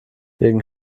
wegen